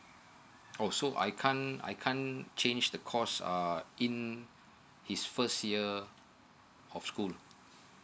oh so I can't I can't change the course err in his first year of school